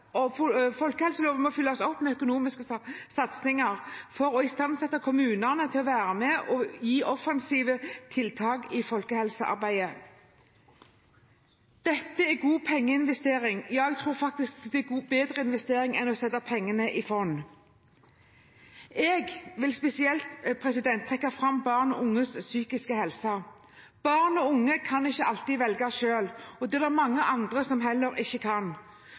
gode prioriteringer. Folkehelseloven må følges opp med økonomiske satsinger for å istandsette kommunene til å være offensive i folkehelsearbeidet. Dette er god pengeinvestering – ja, jeg tror faktisk det er bedre investering enn å sette pengene i fond. Jeg vil spesielt trekke fram barn og unges psykiske helse. Barn og unge kan ikke alltid velge selv, og det er det mange andre som heller ikke kan.